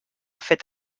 fet